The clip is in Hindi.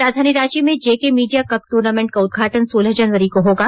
राजधानी रांची में जेके मीडिया कप ट्र्नामेंट का उदघाटन सोलह जनवरी को होगा